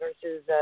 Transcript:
versus